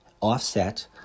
offset